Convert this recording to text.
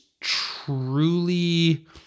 truly